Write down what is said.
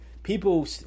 People